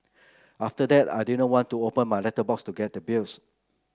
after that I didn't want to open my letterbox to get the bills